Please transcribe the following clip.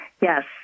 Yes